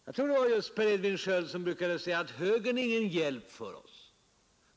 Jag tror att det var Per Edvin Sköld som brukade säga att högern inte är någon hjälp för oss.